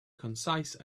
concise